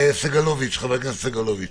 חבר הכנסת סגלוביץ.